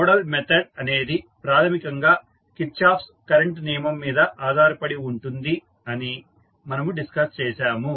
nodal method అనేది ప్రాథమికంగా Kirchhoff's current నియమం మీద ఆధారపడి ఉంటుంది అని మనము డిస్కస్ చేసాము